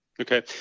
Okay